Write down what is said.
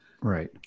Right